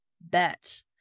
bet